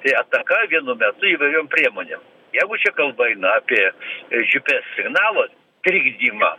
tai ataka vienu metu įvairiom priemonėm jeigu čia kalba eina apie gps signalo trikdymą